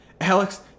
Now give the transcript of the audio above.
Alex